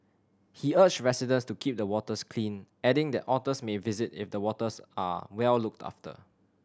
he urged residents to keep the waters clean adding that otters may visit if the waters are well looked after